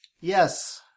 Yes